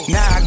Now